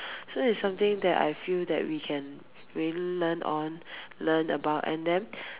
so it's something that I feel that we can really learn on learn about and then